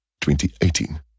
2018